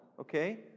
okay